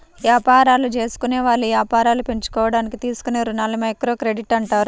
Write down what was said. యాపారాలు జేసుకునేవాళ్ళు యాపారాలు పెంచుకోడానికి తీసుకునే రుణాలని మైక్రోక్రెడిట్ అంటారు